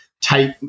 take